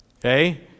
okay